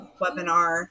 webinar